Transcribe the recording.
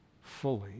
fully